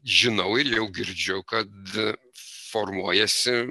žinau ir jau girdžiu kad formuojasi